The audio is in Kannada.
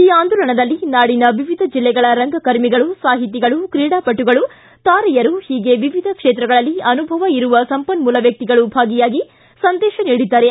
ಈ ಆಂದೋಲನದಲ್ಲಿ ನಾಡಿನ ವಿವಿಧ ಜಿಲ್ಲೆಗಳ ರಂಗಕರ್ಮಿಗಳು ಸಾಹಿತಿಗಳು ಕ್ರೀಡಾಪಟುಗಳು ತಾರೆಯರು ಹೀಗೆ ವಿವಿಧ ಕ್ಷೇತ್ರಗಳಲ್ಲಿ ಅನುಭವ ಇರುವ ಸಂಪನ್ನೂಲ ವ್ಯಕ್ತಿಗಳು ಭಾಗಿಯಾಗಿ ಸಂದೇಶ ನೀಡಿದ್ದಾರೆ